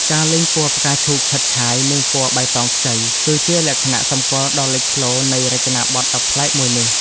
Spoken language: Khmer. ការលេងពណ៌ផ្កាឈូកឆើតឆាយនិងពណ៌បៃតងខ្ចី គឺជាលក្ខណៈសម្គាល់ដ៏លេចធ្លោនៃរចនាប័ទ្មដ៏ប្លែកមួយនេះ។